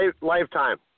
Lifetime